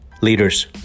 Leaders